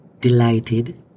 Delighted